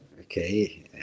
okay